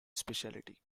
specialty